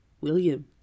William